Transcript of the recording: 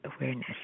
awareness